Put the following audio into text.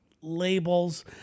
labels